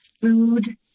food